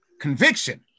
Conviction